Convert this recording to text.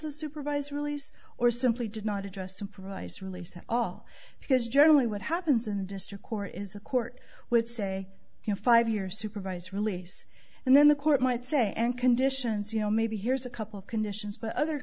of supervised release or simply did not address supervised release at all because generally what happens in district court is a court would say you know five years supervised release and then the court might say and conditions you know maybe here's a couple of conditions but other